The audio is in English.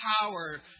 power